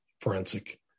forensic